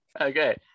Okay